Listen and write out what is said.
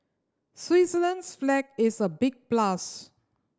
Switzerland's flag is a big plus